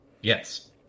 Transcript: Yes